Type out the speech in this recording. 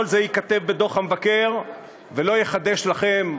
כל זה ייכתב בדוח המבקר ולא יחדש לכם דבר,